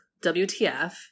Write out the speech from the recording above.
WTF